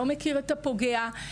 לא מכיר את הפוגע,